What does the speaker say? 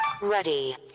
Ready